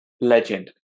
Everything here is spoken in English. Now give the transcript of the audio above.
legend